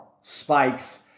spikes